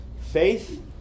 Faith